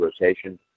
rotation